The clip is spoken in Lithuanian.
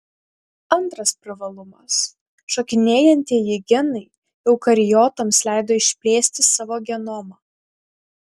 antras privalumas šokinėjantieji genai eukariotams leido išplėsti savo genomą